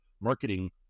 marketing